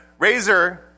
Razer